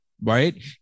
right